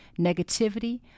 negativity